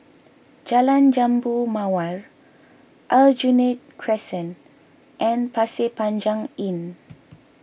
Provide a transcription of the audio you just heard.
Jalan Jambu Mawar Aljunied Crescent and Pasir Panjang Inn